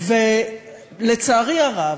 ולצערי הרב,